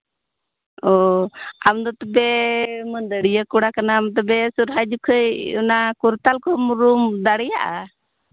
ᱚ ᱟᱢᱫᱚ ᱛᱚᱵᱮ ᱢᱟᱹᱫᱟᱹᱲᱤᱭᱟᱹ ᱠᱚᱲᱟ ᱠᱟᱱᱟᱢ ᱛᱚᱵᱮ ᱥᱚᱨᱦᱟᱭ ᱡᱚᱠᱷᱚᱱ ᱚᱱᱟ ᱠᱚᱨᱛᱟᱞ ᱠᱚᱦᱚᱸ ᱨᱩᱢ ᱫᱟᱲᱮᱭᱟᱜᱼᱟ